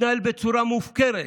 מתנהל בצורה מופקרת